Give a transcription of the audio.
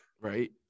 Right